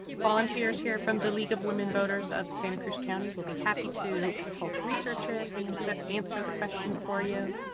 volunteers here from the league of women voters of santa cruz county will be happy to help research it, answer, answer the question for you.